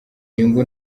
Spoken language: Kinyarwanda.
nyungu